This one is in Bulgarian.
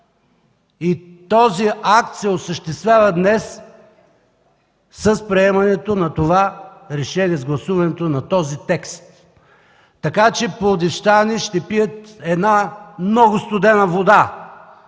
Този акт се осъществява днес с приемането на това решение, с гласуването на този текст. Така че пловдивчани ще пият една много студена вода,